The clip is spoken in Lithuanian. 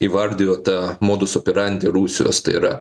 įvardijo tą modus operandi rusijos tai yra